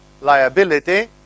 liability